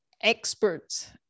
experts